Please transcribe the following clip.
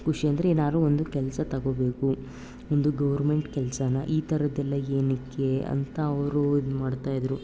ಖುಷಿ ಅಂದರೆ ಏನಾದ್ರೂ ಒಂದು ಕೆಲಸ ತಗೊಳ್ಬೇಕು ಒಂದು ಗೌರ್ಮೆಂಟ್ ಕೆಲಸನಾ ಈ ಥರದ್ದೆಲ್ಲ ಏನಕ್ಕೆ ಅಂತ ಅವರು ಇದು ಮಾಡ್ತಾಯಿದ್ರು